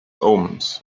omens